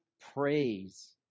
praise